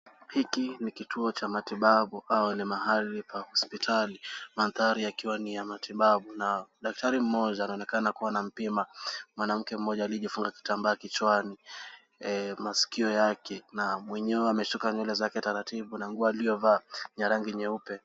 Hiki ni kituo cha matibabu au ni mahali pa hospitali madhari yakiwa ni ya matibabu, na daktari moja anaonekana kuwa anampima mwanamke moja aliyefunga kitamba kichwani maskio yake na mwenyewe ameshuka nywele zake taratibu na nguo aliovaa ni ya rangi nyeupe.